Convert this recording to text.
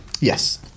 yes